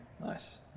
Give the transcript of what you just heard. nice